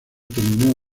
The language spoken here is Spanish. terminó